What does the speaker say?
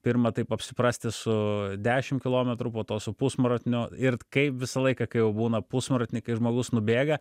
pirma taip apsiprasti su dešimt kilometrų to su pusmaratoniu ir kai visą laiką kai jau būna pusmaratonį kai žmogus nubėga